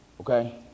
okay